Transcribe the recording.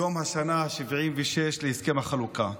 יום השנה ה-76 להסכם החלוקה.